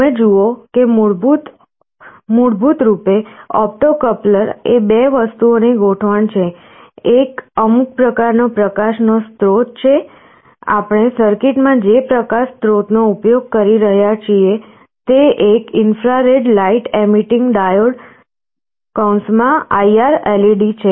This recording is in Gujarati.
તમે જુઓ કે મૂળરૂપે ઓપ્ટો કપ્લર એ બે વસ્તુઓની ગોઠવણ છે એક અમુક પ્રકાર નો પ્રકાશ નો સ્રોત છે આપણે સર્કિટમાં જે પ્રકાશ સ્રોતનો ઉપયોગ કરી રહ્યા છીએ તે એક ઇન્ફ્રારેડ લાઇટ એમિટિંગ ડાયોડ છે